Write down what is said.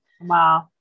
Wow